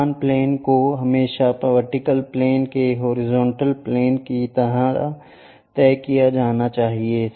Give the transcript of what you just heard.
प्रधान plane को हमेशा vertical plane के हॉरिजॉन्टल प्लेन की तरह तय किया जाना चाहिए